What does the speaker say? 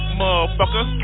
motherfucker